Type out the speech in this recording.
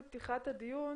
בפתיחת הדיון,